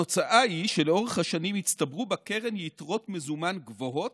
התוצאה היא שלאורך השנים הצטברו בקרן יתרות מזומן גבוהות,